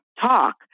Talk